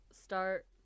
start